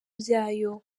byayo